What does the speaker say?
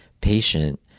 patient